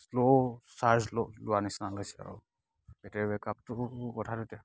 slow charge লোৱা নিচিনা লৈছে আৰু এতিয়া বেকআপটো কথাটো এতিয়া